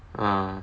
ah